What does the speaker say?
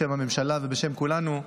בשם הממשלה ובשם כולנו,